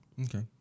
Okay